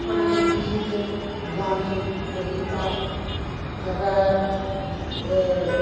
अपनी लिखे दी गाने कविता रैप ते